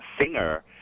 singer